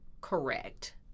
correct